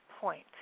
point